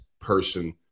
person